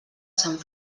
sant